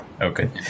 Okay